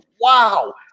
wow